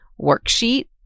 worksheet